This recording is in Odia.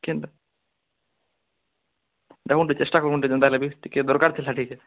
କେନ୍ଟା ଦେଖନ୍ତୁ ଚେଷ୍ଟା କରନ୍ତୁ ଟିକେ ଯେନ୍ତା ହେଲେ ବି ଟିକେ ଦରକାର ଥିଲା ସେଇଟା